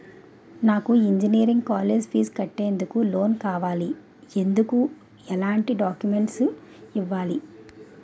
నాకు engineering college fees కట్టేందుకు loan కావాలి, ఎందుకు ఎలాంటి డాక్యుమెంట్స్ ఇవ్వాలి?